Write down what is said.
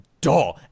Duh